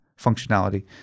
functionality